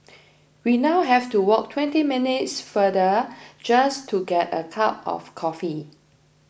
we now have to walk twenty minutes farther just to get a cup of coffee